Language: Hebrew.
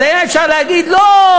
אפשר היה להגיד: לא,